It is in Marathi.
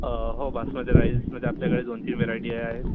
अ हो बासमती राईसमध्ये आपल्याकडे दोन तीन व्हरायटी आहेत